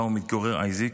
שבה מתגורר אייזיק.